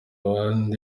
abandi